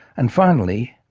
and finally,